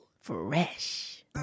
Fresh